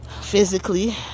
physically